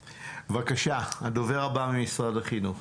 בבקשה, הדובר הבא ממשרד החינוך.